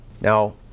Now